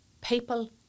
People